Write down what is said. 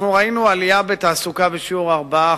אנחנו ראינו עלייה בתעסוקה בשיעור של 4%,